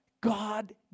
God